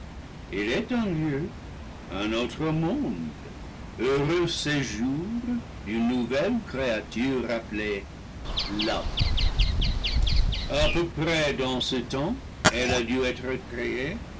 il est un lieu un autre monde heureux séjour d'une nouvelle créature appelée l'homme a peu près dans ce temps elle a dû être créée